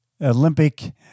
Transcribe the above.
Olympic